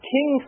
King